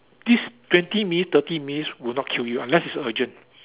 this twenty minutes thirty minutes will not kill you unless it's urgent